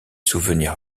souvenirs